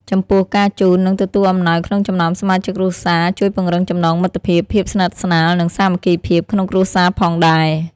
ចំពោះ ការជូន និងទទួលអំណោយក្នុងចំណោមសមាជិកគ្រួសារ ជួយពង្រឹងចំណងមិត្តភាព ភាពស្និទ្ធស្នាល និងសាមគ្គីភាពក្នុងគ្រួសារផងដែរ។